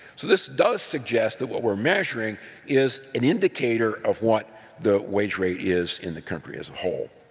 so this does suggest that what we're measuring is an indicator of what the wage rate is in the country as a whole.